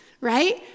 Right